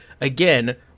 again